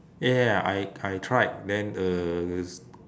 ya ya ya I I tried then uh was